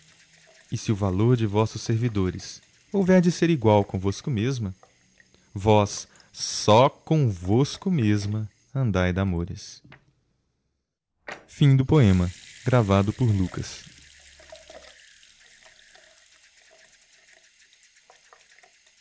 e se o valor de vossos servidores houver de ser igual convosco mesma vós só convosco mesma andai d'amores por